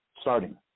Starting